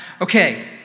Okay